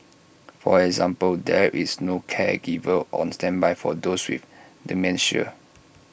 for example there is no caregiver on standby for those with dementia